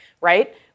right